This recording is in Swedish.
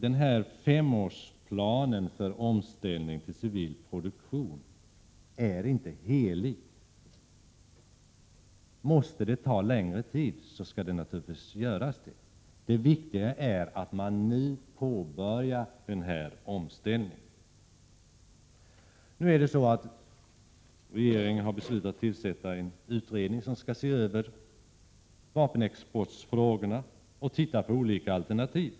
Den här femårsplanen för omställning till civil produktion är inte en helig sak. Om det behövs längre tid för detta omställningsarbete, skall man naturligtvis få längre tid på sig. Det som är viktigt är att man nu påbörjar den här omställningen. Regeringen har alltså beslutat att tillsätta en utredning som skall se över vapenexportfrågorna och titta på olika alternativ.